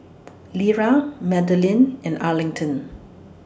Lera Madeline and Arlington